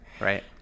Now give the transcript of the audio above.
Right